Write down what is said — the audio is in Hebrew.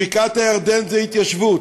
בקעת-הירדן זה התיישבות,